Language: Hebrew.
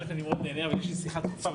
אני מאוד נהנה אבל יש לי שיחה דחופה.